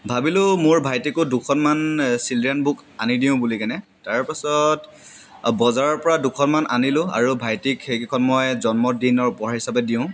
ভাবিলোঁ মোৰ ভাইটিকো দুখনমান চিলড্ৰেন বুক আনি দিওঁ বুলি কেনে তাৰ পাছত বজাৰৰ পৰা দুখনমান আনিলোঁ আৰু ভাইটিক সেইকেইখন মই জন্মদিনৰ উপহাৰ হিচাপে দিওঁ